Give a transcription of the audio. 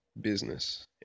business